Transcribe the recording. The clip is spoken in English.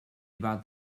about